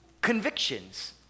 convictions